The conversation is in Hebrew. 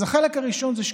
אז החלק הראשון הוא שקיפות.